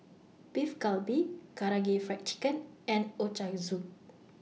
Beef Galbi Karaage Fried Chicken and Ochazuke